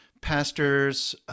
pastors